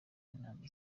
intama